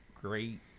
great